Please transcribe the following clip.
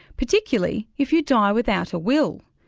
particularly if you die without a will.